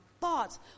thoughts